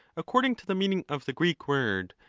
according to the meaning of the greek word,